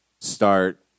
start